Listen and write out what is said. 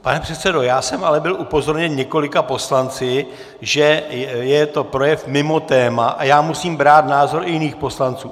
Pane předsedo, já jsem ale byl upozorněn několika poslanci, že je to projev mimo téma, a já musím brát v úvahu názory i jiných poslanců.